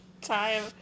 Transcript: Time